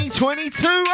2022